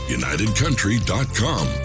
unitedcountry.com